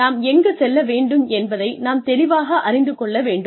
நாம் எங்கு செல்ல வேண்டும் என்பதை நாம் தெளிவாக அறிந்து கொள்ள வேண்டும்